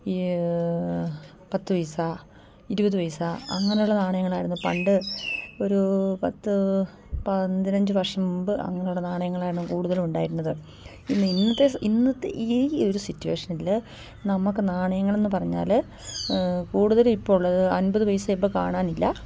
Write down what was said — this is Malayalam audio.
ഈ പത്ത് പൈസ ഇരുപത് പൈസ അങ്ങനെയുള്ള നാണയങ്ങളായിരുന്നു പണ്ട് ഒരു പത്ത് പതിനഞ്ച് വർഷം മുമ്പ് അങ്ങനെയുള്ള നാണയങ്ങളായിരുന്നു കൂടുതലും ഉണ്ടായിരുന്നത് ഇന്ന് ഇന്നത്തെ സ് ഇന്നത്തെ ഈ ഒരു സിറ്റുവേഷനിൽ നമുക്ക് നാണയങ്ങളെന്നു പറഞ്ഞാൽ കൂടുതലിപ്പോഴുള്ളത് അൻപത് പൈസ ഇപ്പം കാണാനില്ല